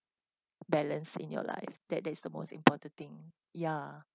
balance in your life that that's the most important thing ya